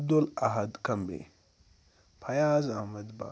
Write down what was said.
Abdul Ahad Qumbi Fayaz Ahmad Bhat